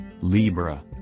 Libra